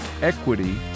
equity